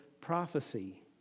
prophecy